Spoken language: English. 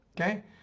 okay